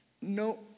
no